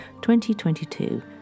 2022